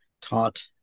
taught